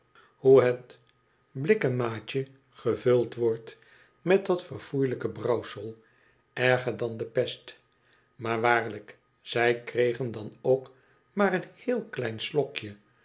hoe het blikken maatje gevuld wordt met dat verfoeielijke brouwsel erger dan de pest maar waarlijk zij kregen dan ook maar een heel klein slokje